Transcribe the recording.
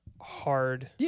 hard